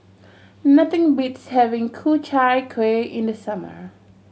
nothing beats having Ku Chai Kueh in the summer